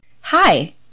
Hi